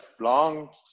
long